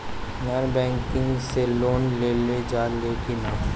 Non banking से loan लेल जा ले कि ना?